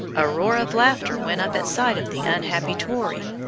a roar of laughter went up at sight of the unhappy tory,